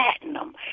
platinum